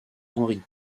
henri